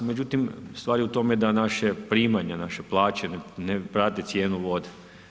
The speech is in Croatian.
Međutim, stvar je u tome da naša primanja, naše plaće ne prate cijenu vode.